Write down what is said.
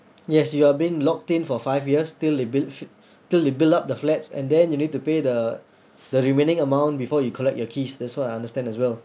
yes you are being locked in for five years till they build till they build up the flats and then you need to pay the the remaining amount before you collect your keys that's what I understand as well